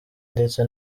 ndetse